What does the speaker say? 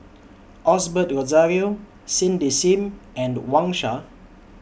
Osbert Rozario Cindy SIM and Wang Sha